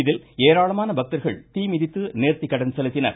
இதில் ஏராளமான பக்தர்கள் தீ மிதித்து நேர்த்திக்கடன் செலுத்தினர்